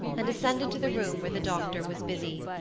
and ascended to the room where the doctor was busy.